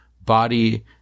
body